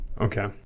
Okay